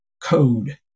Code